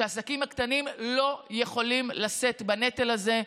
שהעסקים הקטנים לא יכולים לשאת בנטל הזה.